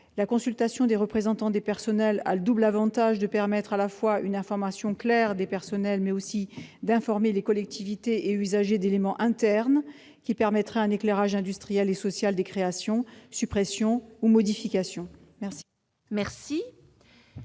La consultation des représentants des personnels a le double avantage de permettre une information claire de personnels et d'informer les collectivités et usagers d'éléments internes qui permettraient un éclairage industriel et social des créations, suppressions ou modifications.